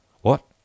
What